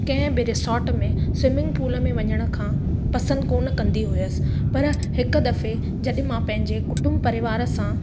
कंहिं बि रिसॉट में स्विमिंग पूल में वञण खां पसंदि कोन कंदी हुअसि पर हिकु दफ़े जॾहिं मां पंहिंजे कुटुंब परिवार सां